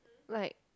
like